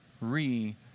re